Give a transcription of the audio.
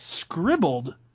scribbled